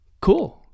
Cool